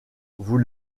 vous